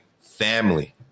family